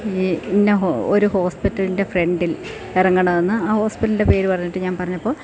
ഈ ഇന്ന ഒരു ഹോസ്പിറ്റലിൻ്റെ ഫ്രണ്ടിൽ ഇറങ്ങണമെന്ന് ആ ഹോസ്പിറ്റലിൻ്റെ പേര് പറഞ്ഞിട്ടു ഞാൻ പറഞ്ഞപ്പോൾ